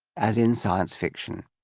as in science fiction.